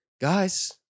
guys